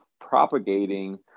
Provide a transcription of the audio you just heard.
propagating